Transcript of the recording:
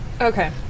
Okay